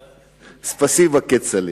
תודה, כצל'ה.)